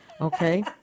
okay